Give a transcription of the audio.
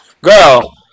girl